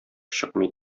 чыкмый